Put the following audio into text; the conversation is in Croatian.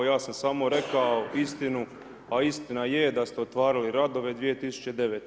Ja sam samo rekao istinu, a istina je da ste otvarali radove 2009.